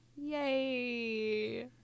Yay